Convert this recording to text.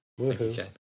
Okay